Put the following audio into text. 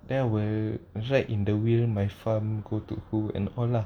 then I will write in the will my farm go to who and all lah